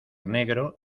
negro